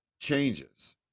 changes